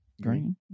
Green